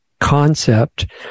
concept